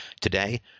today